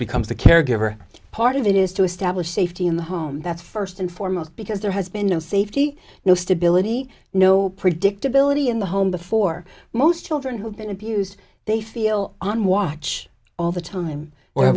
becomes the caregiver part of it is to establish safety in the home that's first and foremost because there has been no safety no stability no predictability in the home before most children have been abused they feel on watch all the time w